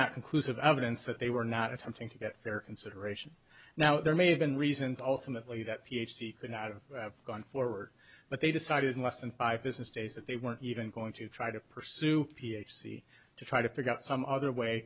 not conclusive evidence that they were not attempting to get fair consideration now there may have been reasons ultimately that p h c could not have gone forward but they decided in less than five business days that they weren't even going to try to pursue p h c to try to figure out some other way